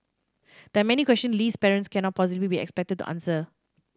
there are many questions Lee's parents cannot possibly be expected to answer